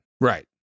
Right